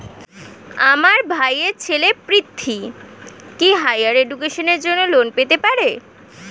আমার ভাইয়ের ছেলে পৃথ্বী, কি হাইয়ার এডুকেশনের জন্য লোন পেতে পারে?